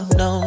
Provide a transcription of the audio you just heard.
no